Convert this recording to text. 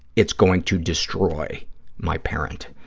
it's going to destroy my parent.